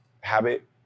habit